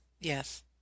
Yes